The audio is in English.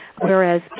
Whereas